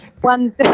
one